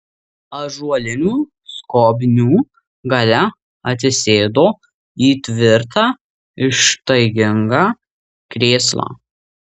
ąžuolinių skobnių gale atsisėdo į tvirtą ištaigingą krėslą